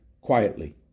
quietly